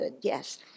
yes